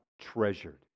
treasured